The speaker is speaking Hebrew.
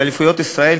לאליפויות ישראל,